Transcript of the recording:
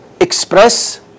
express